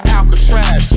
Alcatraz